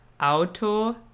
Auto